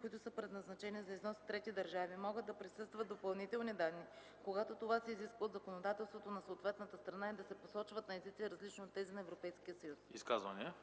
които са предназначени за износ в трети държави, могат да присъстват допълнителни данни, когато това се изисква от законодателството на съответната страна и да се посочват на езици, различни от тези на Европейския съюз.” ПРЕДСЕДАТЕЛ АНАСТАС АНАСТАСОВ: Изказвания?